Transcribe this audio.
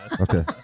Okay